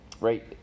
right